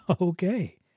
Okay